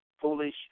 foolish